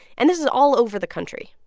and this is all over the country